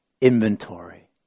inventory